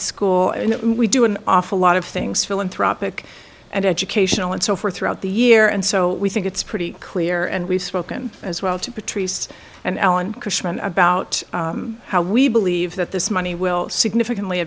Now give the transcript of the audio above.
school and we do an awful lot of things philanthropic and educational and so forth throughout the year and so we think it's pretty clear and we've spoken as well to patrice and alan cushman about how we believe that this money will significantly